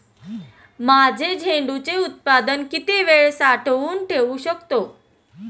माझे झेंडूचे उत्पादन किती वेळ साठवून ठेवू शकतो?